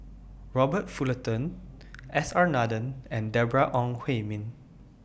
Robert Fullerton S R Nathan and Deborah Ong Hui Min